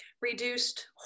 reduced